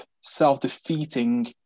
self-defeating